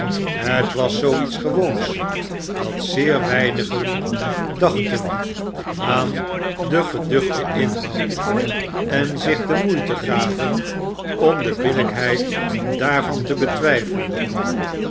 het was zoo iets gewoons dat zeer weinigen dachten aan den geduchten inhoud en zich de moeite gaven om de billijkheid daarvan te betwijfelen